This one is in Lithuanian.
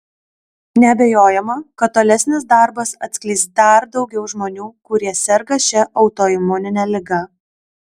neabejojama kad tolesnis darbas atskleis dar daugiau žmonių kurie serga šia autoimunine liga